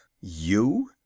You